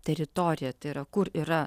teritoriją tai yra kur yra